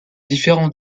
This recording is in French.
différents